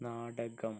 നാടകം